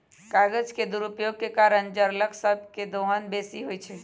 कागज के दुरुपयोग के कारण जङगल सभ के दोहन बेशी होइ छइ